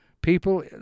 people